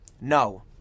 No